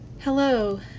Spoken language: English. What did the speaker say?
Hello